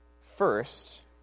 First